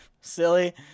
silly